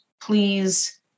please